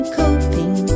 coping